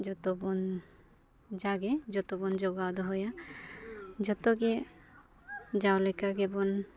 ᱡᱚᱛᱚᱵᱚᱱ ᱡᱟᱜᱮ ᱡᱚᱛᱚᱵᱚᱱ ᱡᱚᱜᱟᱣ ᱫᱚᱦᱚᱭᱟ ᱡᱚᱛᱚᱜᱮ ᱡᱟᱣ ᱞᱮᱠᱟᱜᱮ ᱵᱚᱱ